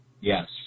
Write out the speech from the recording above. Yes